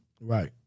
Right